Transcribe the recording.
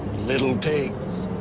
little pigs,